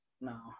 no